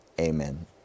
amen